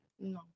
No